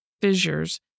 fissures